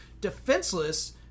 Defenseless